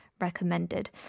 recommended